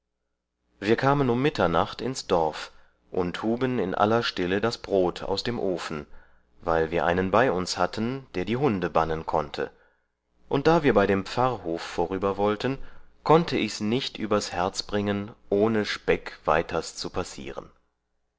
wir kamen um mitternacht ins dorf und huben in aller stille das brod aus dem ofen weil wir einen bei uns hatten der die hunde bannen konnte und da wir bei dem pfarrhof vorüber wollten konnte ichs nicht übers herz bringen ohn speck weiters zu passiern